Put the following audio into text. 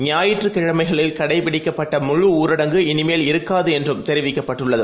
ஞாயிற்றுக்கிழமைகளில்கடைபிடிக்கப்பட்டமுழுஊரடங்குஇனிமேல்இருக்காது என்றும்தெரிவிக்கப்பட்டுள்ளது